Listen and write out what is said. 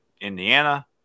Indiana